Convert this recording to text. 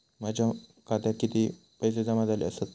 माझ्या खात्यात किती पैसे जमा झाले आसत?